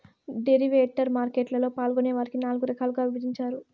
derivative market లలో పాల్గొనే వారిని నాల్గు రకాలుగా విభజించారు